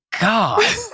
God